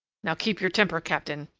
now, keep your temper, captain,